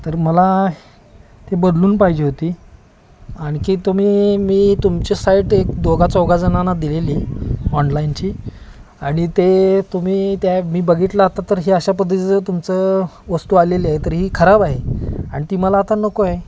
तर मला ते बदलून पाहिजे होती आणखी तुम्ही मी तुमची साईट एक दोघा चौघाजणांना दिलेली आहे ऑनलाईनची आणि ते तुम्ही त्या मी बघितलं आता तर ही अशा पद्धतीचं तुमचं वस्तू आलेली आहे तर ही खराब आहे आणि ती मला आता नको आहे